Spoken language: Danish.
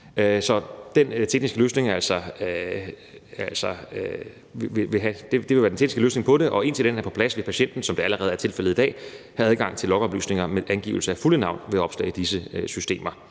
via sundhed.dk. Kl. 10:11 Så det vil være den tekniske løsning på det, og indtil den er på plads, vil patienten, som det allerede er tilfældet i dag, have adgang til logoplysninger med angivelse af det fulde navn ved opslag i disse systemer.